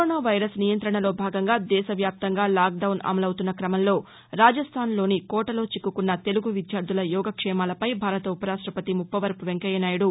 corona virus నియంత్రణలో భాగంగా దేశ వ్యాప్తంగా లాక్ డౌన్ అమలవుతున్న క్రమంలో రాజస్థాన్లోని కోటలో చిక్కుకున్న తెలుగు విద్యార్థల యోగక్షేమాలపై భారత ఉపరాష్టపతి ముప్పవరపు వెంకయ్యనాయుడు